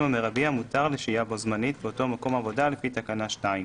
המרבי המותר לשהייה בו־זמנית באותו מקום עבודה לפי תקנה 2,